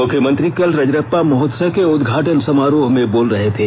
मुख्यमंत्री कल रजरप्पा महोत्सव के उदघाटन समारोह में बोल रहे थे